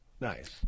Nice